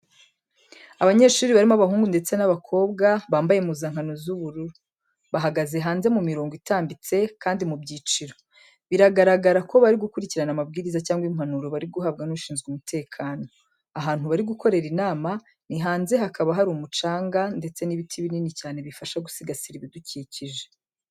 Abanyeshuri barimo abahungu ndetse n'abakobwa bambaye impuzankano z'ubururu, bahagaze mu mirongo itambitse kandi mu byiciro. Biragaragara ko bari gukurikirana amabwiriza cyangwa impanuro bari guhabwa n'ushinzwe umutekano. Ahantu bari gukorera inama ni hanze hakaba hari umucanga ndetse n'ibiti binini cyane bifasha gusigasira ibidukikije.